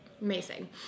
Amazing